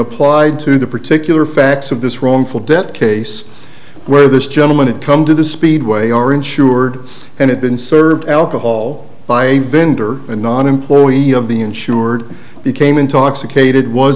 applied to the particular facts of this wrongful death case where this gentleman had come to the speedway are insured and have been served alcohol by a vendor a non employee of the insured became intoxicated was